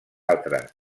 altres